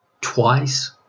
twice